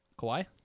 Kawhi